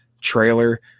trailer